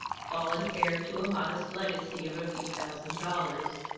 fallen heir to a modest legacy of a few thousand dollars.